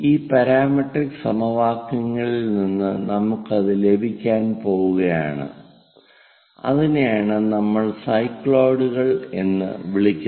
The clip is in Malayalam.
ഈ പാരാമെട്രിക് സമവാക്യങ്ങളിൽ നിന്ന് നമുക്ക് അത് ലഭിക്കാൻ പോകുകയാണ് അതിനെയാണ് നമ്മൾ സൈക്ലോയിഡുകൾ എന്ന് വിളിക്കുന്നത്